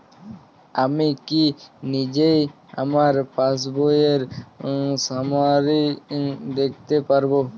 আমি কি নিজেই আমার পাসবইয়ের সামারি দেখতে পারব?